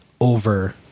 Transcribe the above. over